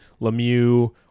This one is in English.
Lemieux